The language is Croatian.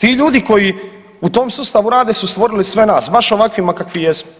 Ti ljudi koji u tom sustavu rade su stvorili sve nas baš ovakvima kakvi jesmo,